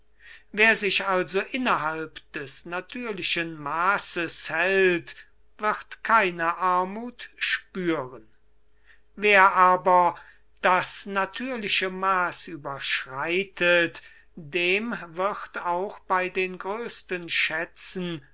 wer sich also innerhalb des natürlichen maßes hält wird keine armuth spüren wer das natürliche maß überschreitet dem wird auch bei den größten schätzen